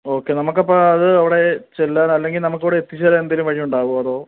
okay നമ്മൾക്ക് അപ്പോൾ അത് അവിടെ ചെല്ലാൻ അല്ലെങ്കിൽ നമുക്ക് ഇവിടെ എത്തിച്ച് തരാൻ എന്തെങ്കിലും വഴി ഉണ്ടാവുമോ അതോ